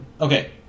Okay